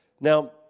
Now